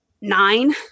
nine